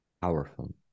Powerful